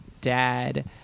dad